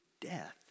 death